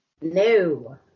No